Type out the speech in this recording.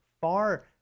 far